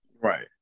Right